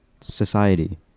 Society